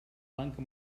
blanca